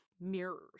mirrors